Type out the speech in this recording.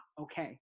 okay